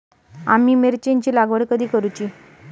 आम्ही मिरचेंची लागवड कधी करूची?